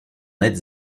êtes